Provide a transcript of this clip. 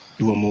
you um will